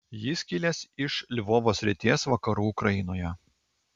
jis kilęs iš lvovo srities vakarų ukrainoje